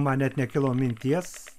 man net nekilo minties